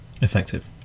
effective